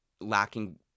lacking